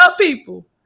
people